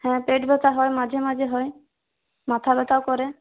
হ্যাঁ পেট ব্যথা হয় মাঝে মাঝে হয় মাথা ব্যথাও করে